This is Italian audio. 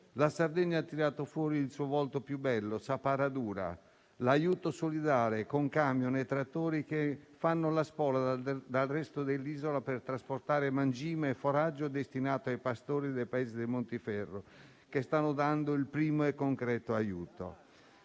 La Sardegna ha tirato fuori il suo volto più bello, la "sa paradura", l'aiuto solidale, con camion e trattori che fanno la spola dal resto dell'isola per trasportare mangime e foraggio destinato ai pastori dei paesi del Montiferru, che stanno dando il primo e concreto aiuto.